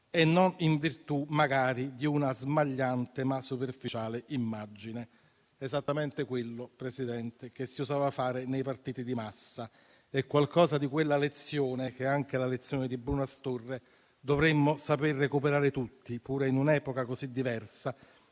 e non in virtù, magari, di una smagliante ma superficiale immagine. È esattamente quello, Presidente, che si usava fare nei partiti di massa. Qualcosa di quella lezione, che è anche la lezione di Bruno Astorre, dovremmo saper recuperare tutti, pure in un'epoca così diversa,